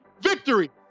victory